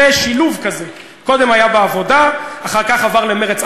זה שילוב כזה, קודם היה בעבודה, אחר כך עבר למרצ.